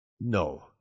No